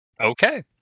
okay